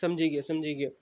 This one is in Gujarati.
સમજી ગયો સમજી ગયો